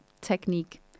technique